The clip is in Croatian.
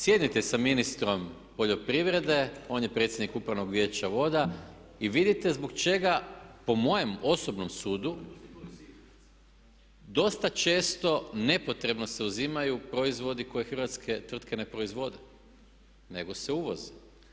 Sjednite sa ministrom poljoprivrede, on je predsjednik Upravnog vijeća voda i vidite zbog čega po mojem osobnom sudu dosta često nepotrebno se uzimaju proizvodi koji hrvatske tvrtke ne proizvode nego se uvoze.